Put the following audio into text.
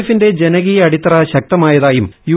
എഫിന്റെ ജനകീയ അട്ടിത്തറ ശക്തമായതായും യു